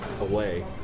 away